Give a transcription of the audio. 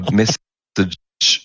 message